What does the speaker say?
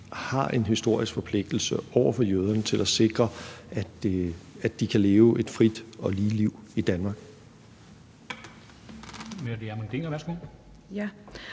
har en historisk forpligtelse over for jøderne til at sikre, at de kan leve et frit og lige liv i Danmark.